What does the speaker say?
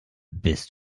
bist